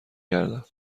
گردم